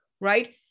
right